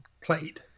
played